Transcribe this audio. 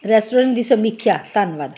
restaurant ਦੀ ਸਮੀਖਿਆ ਧੰਨਵਾਦ